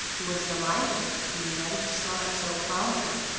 who was delighted at his being ready to start so promptly,